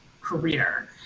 career